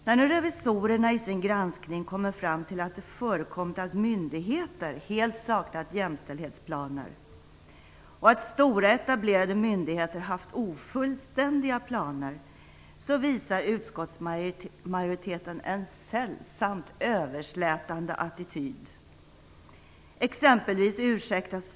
När nu revisorerna i sin granskning kommer fram till att det förekommit att myndigheter helt saknat jämställdhetsplaner och att stora etablerade myndigheter haft ofullständiga planer visar utskottsmajoriteten en sällsamt överslätande attityd.